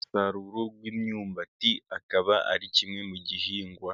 Umusaruro w'imyumbati, akaba ari kimwe mu gihingwa